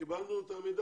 קיבלנו את המידע.